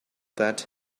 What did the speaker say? that